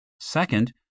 Second